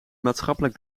maatschappelijk